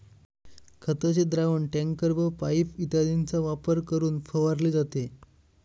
खताचे द्रावण टँकर व पाइप इत्यादींचा वापर करून फवारले जाते